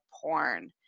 porn